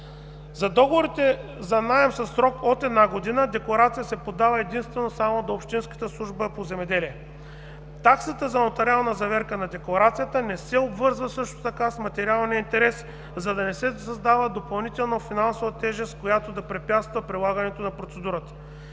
За договорите за наем със срок от една година декларация се подава единствено само до общинската служба по земеделие. Таксата за нотариална заверка на декларацията не се обвързва също така с материалния интерес, за да не се създава допълнително финансова тежест, която да препятства прилагането на процедурата.